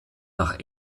nach